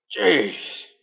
Jeez